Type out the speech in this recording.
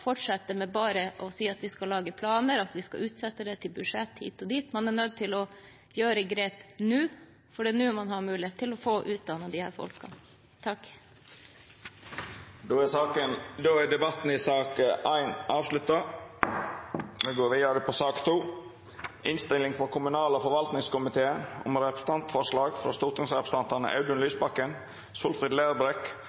fortsette å si at vi skal lage planer, at vi skal utsette det til det og det budsjettet – man er nødt til å gjøre grep nå, for det er nå man har mulighet til å få utdannet disse folkene. Fleire har ikkje bedt om ordet til sak nr. 1. Etter ønske frå kommunal- og forvaltningskomiteen